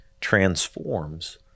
transforms